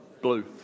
Blue